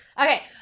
Okay